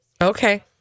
Okay